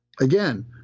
Again